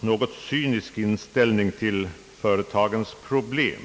något cynisk inställning till företagens problem.